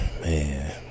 Man